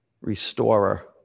restorer